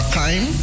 time